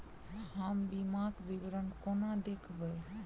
हम बीमाक विवरण कोना देखबै?